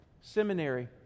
Seminary